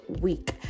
week